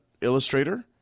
illustrator